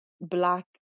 black